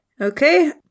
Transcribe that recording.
Okay